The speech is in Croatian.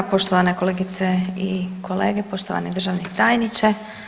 Poštovane kolegice i kolege, poštovani državni tajniče.